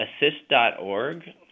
assist.org